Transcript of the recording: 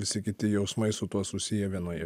visi kiti jausmai su tuo susiję vienoje